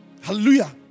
Hallelujah